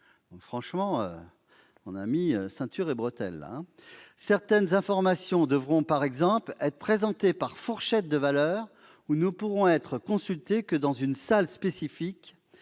avons prévu ceinture et bretelles ! Certaines informations devront, par exemple, être présentées par fourchette de valeurs ou ne pourront être consultées que dans une salle spécifique.